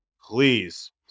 Please